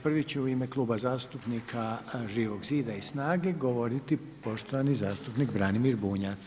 Prvi će u ime Kluba zastupnika Živog zida i SNAGA-e govoriti poštovani zastupnik Branimir Bunjac.